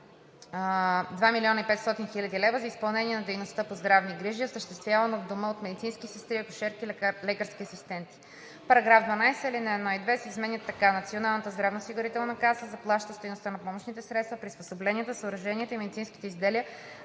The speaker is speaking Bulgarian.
определят 2 500 хил. лв. за изпълнение на дейността по здравни грижи, осъществявана в дома от медицински сестри, акушерки или лекарски асистенти.“ 2. В § 12 ал. 1 и 2 се изменят така: „(1) Националната здравноосигурителна каса заплаща стойността на помощните средства, приспособленията, съоръженията и медицинските изделия